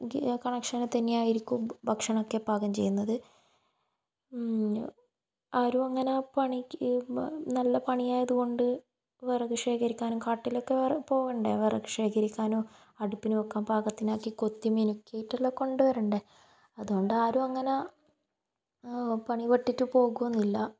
connection തന്നെയായിരിക്കും ഭാഷണമൊക്കെ പാകം ചെയ്യുന്നത് ആരും അങ്ങനെ പണിക്ക് നല്ല പണിയായതുകൊണ്ട് വിറക് ശേഖരിക്കാനും കാട്ടിലേക്ക് പോകണ്ടേ വിറക് ശേഖരിക്കാനും അടുപ്പിനു വെക്കാൻ പാകത്തിനാക്കി കൊത്തി മിനുക്കിയിട്ടുള്ള കൊണ്ട് വരണ്ടേ അതു കൊണ്ട് ആരും അങ്ങന പണിപ്പെട്ടിട്ട് പോകുന്നില്ല